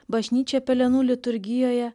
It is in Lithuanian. bažnyčia pelenų liturgijoje